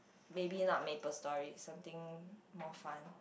maybe not MapleStory something more fun